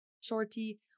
shorty